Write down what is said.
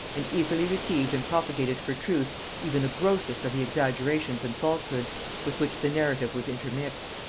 and eagerly received and propagated for truth even the grossest of the exaggerations and falsehoods with which the narrative was intermixed.